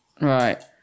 Right